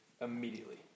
immediately